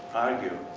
argue,